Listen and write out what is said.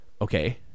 Okay